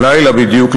הלילה בדיוק,